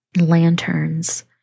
lanterns